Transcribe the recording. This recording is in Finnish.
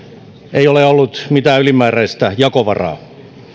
ei ole ollut mitään ylimääräistä jakovaraa